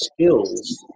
skills